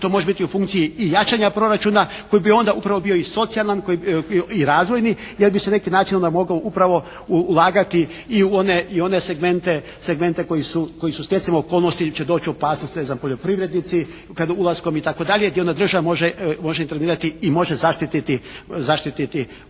To može biti i u funkciji jačanja proračuna koji bi onda upravo bio i socijalan, koji bi bio i razvojni jer bi se na neki način onda moglo upravo ulagati i u one segmente koji su stjecajem okolnosti će doći u opasnost ne znam poljoprivrednici ulaskom itd. gdje onda država može intervenirati i može zaštititi svoje